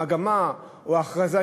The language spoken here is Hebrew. המגמה או ההכרזה,